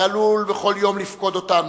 העלול בכל יום לפקוד אותנו.